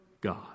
God